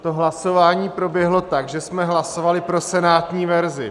Hlasování proběhlo tak, že jsme hlasovali pro senátní verzi.